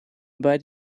bei